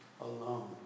alone